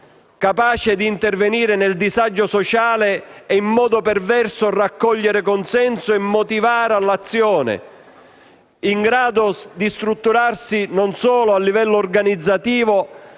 capace di intervenire nel disagio sociale e, in modo perverso, raccogliere consenso e motivare all'azione; in grado di strutturarsi non solo a livello organizzativo,